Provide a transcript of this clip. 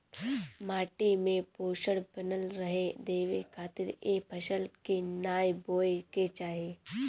माटी में पोषण बनल रहे देवे खातिर ए फसल के नाइ बोए के चाही